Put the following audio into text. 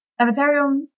Avatarium